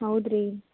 ಹೌದು ರೀ